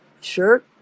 shirt